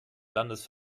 landes